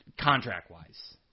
contract-wise